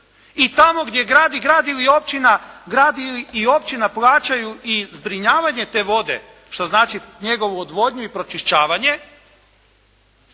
ili općina, grad i općina plaćaju i zbrinjavanje te vode, što znači njegovu odvodnju i pročišćavanje,